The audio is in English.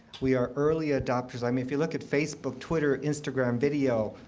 we are early adopters. i mean, if you look at facebook, twitter, instagram, video,